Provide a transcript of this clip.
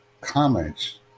comments